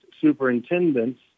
superintendents